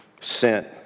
sent